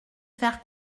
faire